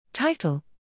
Title